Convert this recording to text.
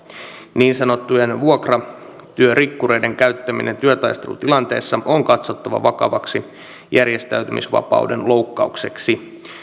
niin sanottujen vuokratyörikkureiden käyttäminen työtaistelutilanteissa on katsottava vakavaksi järjestäytymisvapauden loukkaukseksi